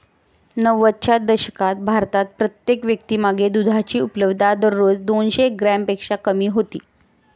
नव्वदच्या दशकात भारतात प्रत्येक व्यक्तीमागे दुधाची उपलब्धता दररोज दोनशे ग्रॅमपेक्षा कमी होती